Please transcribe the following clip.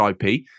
IP